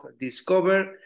Discover